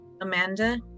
Amanda